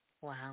Wow